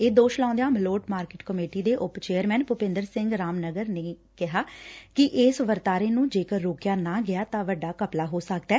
ਇਹ ਦੋਸ਼ ਲਾਊਦਿਆਂ ਮਲੋਟ ਮਾਰਕਿਟ ਕਮੇਟੀ ਦੇ ਉਪ ਚੇਅਰਮੈਨ ਭੂਪਿੰਦਰ ਸਿੰਘ ਰਾਮਨਗਰ ਨੇ ਕਿਹਾ ਕਿ ਇਸ ਵਰਤਾਰੇ ਨੂੰ ਜੇਕਰ ਰੋਕਿਆ ਨਾ ਗਿਆ ਤਾਂ ਵੱਡਾ ਘੱਪਲਾ ਹੋ ਸਕਦੈ